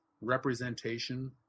representation